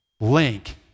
link